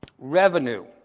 Revenue